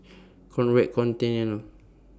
Conrad Centennial